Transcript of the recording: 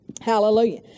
Hallelujah